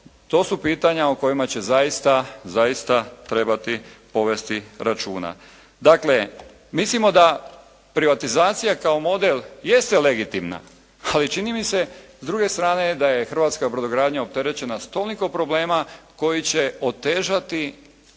to su pitanja o kojima će zaista, zaista trebati povesti računa. Dakle, mislimo da privatizacija kao model jeste legitimna, ali čini mi se s druge strane da je hrvatska brodogradnja opterećena s toliko problema koji će otežati